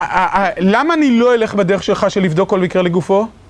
למה אני לא אלך בדרך שלך של לבדוק כל מקרה לגופו?